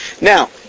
Now